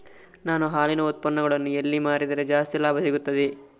ನಾನು ಹಾಲಿನ ಉತ್ಪನ್ನಗಳನ್ನು ಎಲ್ಲಿ ಮಾರಿದರೆ ಜಾಸ್ತಿ ಲಾಭ ಸಿಗುತ್ತದೆ?